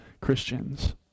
Christians